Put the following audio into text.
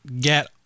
get